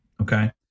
Okay